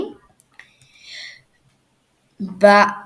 נשקלו ארבע